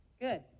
Good